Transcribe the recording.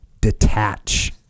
detach